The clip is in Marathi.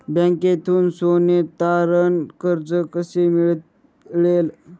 बँकेतून सोने तारण कर्ज कसे मिळेल?